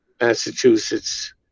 Massachusetts